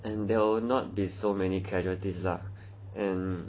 and there will not be so many casualties lah and